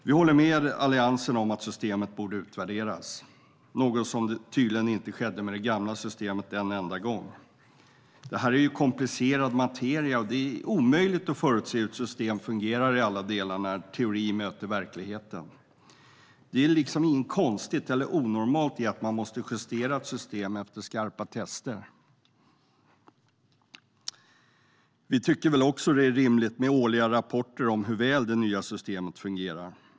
Vi håller med Alliansen om att systemet borde utvärderas, något som tydligen inte skedde med det gamla systemet en enda gång. Detta är komplicerad materia, och det är omöjligt att förutse hur ett system fungerar i alla delar när teori möter verkligheten. Det är inget konstigt eller onormalt i att man måste justera ett system efter skarpa tester. Vi tycker också att det är rimligt med årliga rapporter om hur väl det nya systemet fungerar.